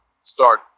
start